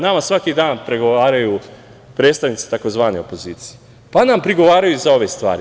Nama svaki dan prigovaraju predstavnici tzv. opozicije, pa nam prigovaraju za ove stvari.